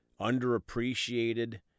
underappreciated